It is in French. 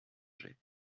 jet